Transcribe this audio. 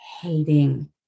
hating